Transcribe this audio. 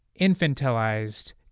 infantilized